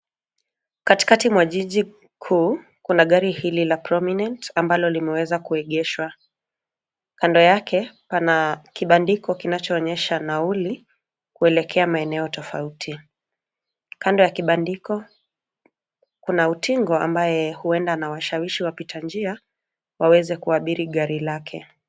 Katikati mwa jiji kuu kuna gari hili la prominent ambalo limewezwa kuegeshwa. Kando yake kuna kibandiko kinachoonyesha nauli kuelekea maeneo tofauti. Kando ya kibandiko kuna utingo ambaye huenda anawashawishi wapita njia waweze kuabiri gari lake.